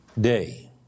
day